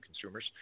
consumers